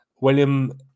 william